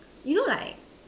you know like